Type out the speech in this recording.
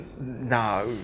no